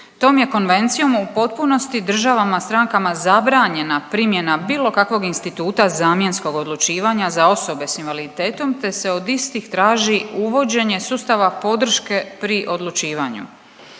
Tom je konvencijom u potpunosti državama strankama zabranjena primjena bilo kakvog instituta zamjenskog odlučivanja za osobe sa invaliditetom, te se od istih traži uvođenje sustava podrške pri odlučivanju.